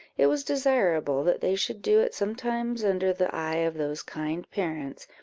it was desirable that they should do it sometimes under the eye of those kind parents,